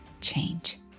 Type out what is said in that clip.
change